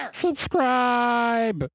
subscribe